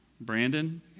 Brandon